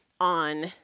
on